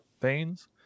veins